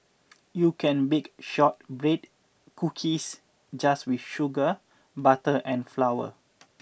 you can bake shortbread cookies just with sugar butter and flour